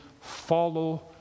follow